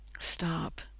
Stop